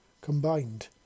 combined